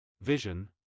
vision